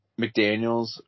McDaniels